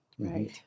Right